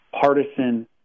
partisan